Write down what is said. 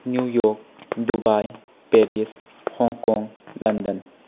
New York Dubai Paris Hong Kong London